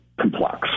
complex